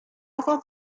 fath